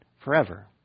forever